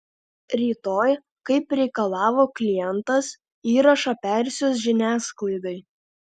rytoj kaip reikalavo klientas įrašą persiųs žiniasklaidai